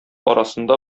арасында